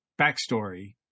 backstory